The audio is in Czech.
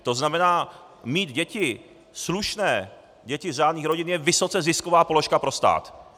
To znamená, mít děti, slušné, děti z řádných rodin, je vysoce zisková položka pro stát.